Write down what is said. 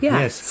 yes